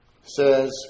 Says